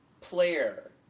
player